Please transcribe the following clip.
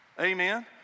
Amen